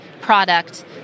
product